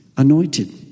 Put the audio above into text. Anointed